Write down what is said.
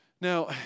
Now